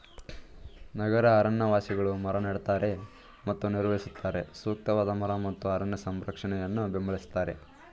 ನಗರ ಅರಣ್ಯವಾಸಿಗಳು ಮರ ನೆಡ್ತಾರೆ ಮತ್ತು ನಿರ್ವಹಿಸುತ್ತಾರೆ ಸೂಕ್ತವಾದ ಮರ ಮತ್ತು ಅರಣ್ಯ ಸಂರಕ್ಷಣೆಯನ್ನು ಬೆಂಬಲಿಸ್ತಾರೆ